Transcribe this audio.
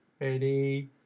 ready